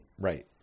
right